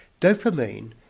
Dopamine